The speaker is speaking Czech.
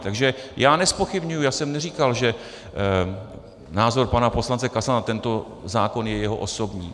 Takže já nezpochybňuji já jsem neříkal, že názor pana poslance Kasala na tento zákon je jeho osobní.